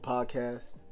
Podcast